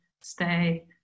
stay